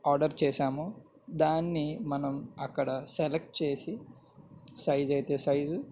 order చేసామో దాన్ని మనం అక్కడ సెలెక్ట్ చేసి సైజ్ అయితే సైజు